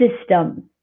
system